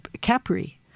Capri